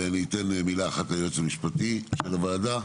אני אתן מילה אחת ליועץ המשפטי של הוועדה.